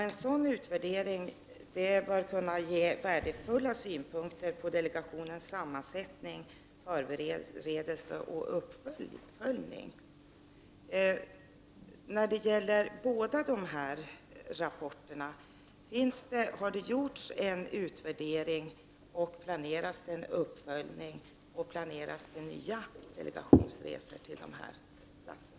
En sådan värdering bör kunna ge värdefulla synpunkter på delegationernas sammansättningar, förberedelser och uppföljning, skriver Rogestam. Har det gjorts en utvärdering av dessa båda rapporter? Planeras någon uppföljning och nya delegationsresor till dessa platser?